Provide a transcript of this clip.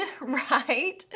right